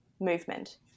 movement